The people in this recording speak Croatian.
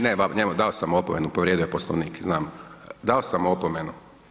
Ne, ne, dao sam opomenu, povrijedio je Poslovnik, znam, dao sam opomenu.